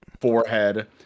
forehead